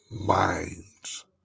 minds